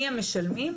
מי המשלמים?